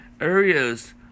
areas